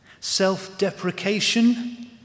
self-deprecation